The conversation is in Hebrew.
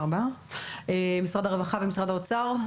משרד הרווחה ומשרד האוצר,